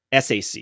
SAC